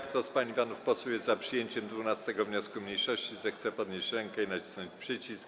Kto z pań i panów posłów jest za przyjęciem 12. wniosku mniejszości, zechce podnieść rękę i nacisnąć przycisk.